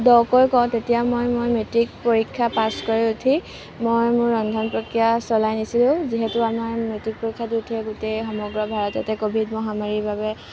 দ কৈ কওঁ তেতিয়া মই মই মেট্ৰিক পৰীক্ষা পাছ কৰি উঠি মই মোৰ ৰন্ধন প্ৰক্ৰিয়া চলাই নিছিলোঁ যিহেতু আমাৰ মেট্ৰিক পৰীক্ষা গোটেই সমগ্ৰ ভাৰততে কভিদ মহামাৰীৰ বাবে